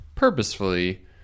purposefully